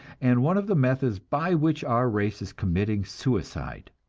and one of the methods by which our race is committing suicide.